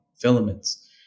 filaments